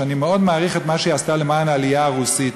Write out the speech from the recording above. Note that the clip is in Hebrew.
שאני מאוד מעריך את מה שהיא עשתה למען העלייה הרוסית,